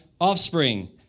offspring